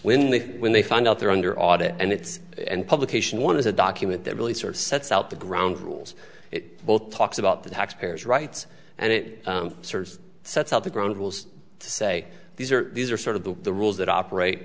when they when they find out they're under audit and its publication one is a document that really sort of sets out the ground rules it both talks about the taxpayers rights and it sort of sets out the ground rules to say these are these are sort of the the rules that operate